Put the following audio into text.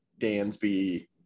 Dansby